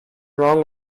wrong